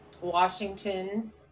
Washington